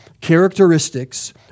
characteristics